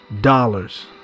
dollars